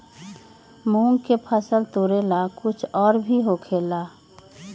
मूंग के फसल तोरेला कुछ और भी होखेला?